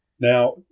Now